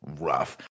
rough